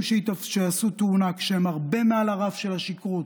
שיעשו תאונה כשהם הרבה מעל הרף של השכרות,